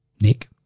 Nick